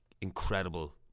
incredible